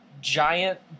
giant